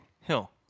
Hill